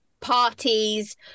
parties